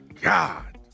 God